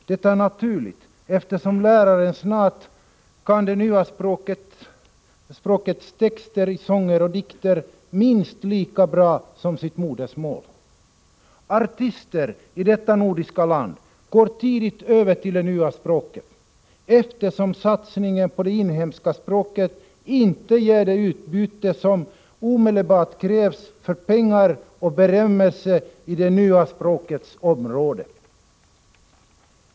Det är naturligt, eftersom läraren snart kan det nya språkets texter i sånger och dikter minst lika bra som sitt modersmål. Artister i detta nordiska land går tidigt över till det nya språket, eftersom satsningen på det inhemska språket inte ger det utbyte som omedelbart krävs för att tjäna pengar och få berömmelse i det nya språkets område.